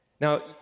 Now